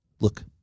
Look